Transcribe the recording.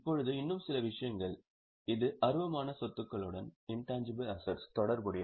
இப்போது இன்னும் சில விஷயங்கள் இது அருவமான சொத்துகளுடன் தொடர்புடையது